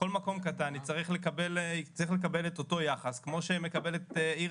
יצטרך לקבל את אותו יחס כמו שמקבלת עיר